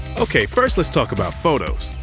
okay, first, let's talk about photos.